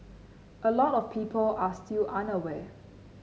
a lot of people are still unaware